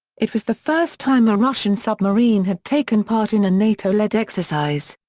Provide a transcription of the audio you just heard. it was the first time a russian submarine had taken part in a nato led exercise.